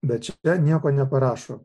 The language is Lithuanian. bet čia nieko neparašo